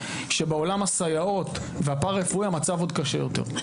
שבעולם הסייעות והפרא רפואי המצב עוד קשה יותר.